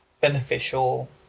beneficial